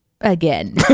again